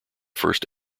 first